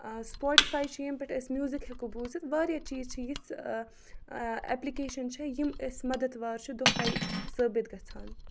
Spotify چھِ ییٚمہِ پٮ۪ٹھ أسۍ میوٗزِک ہٮ۪کو بوٗزِتھ واریاہ چیٖز چھِ یِژھ ایپلِکیشَن چھِ یِم أسۍ مَدد وار چھِ دۄہَے ثٲبِت گژھان